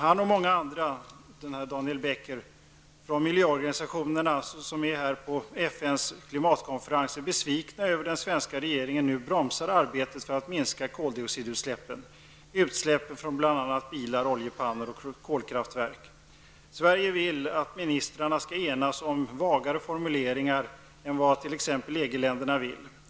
Han och många andra från miljöorganisationerna som är här på FNs klimatkonferens är besvikna över att den svenska regeringen nu bromsar arbetet med att minska koldioxidutsläppen -- utsläppen från bl.a. bilar, oljepannor och kolkraftverk. Sverige vill att ministrarna skall enas om vagare formuleringar än vad t.ex. EG-länderna vill.